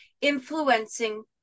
influencing